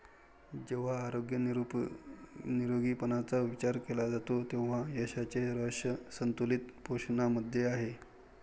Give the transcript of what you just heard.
जेव्हा आरोग्य निरोगीपणाचा विचार केला जातो तेव्हा यशाचे रहस्य संतुलित पोषणामध्ये आहे